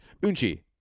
Unchi